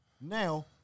Now